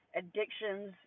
addictions